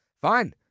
Fine